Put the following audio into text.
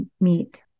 meet